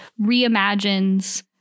reimagines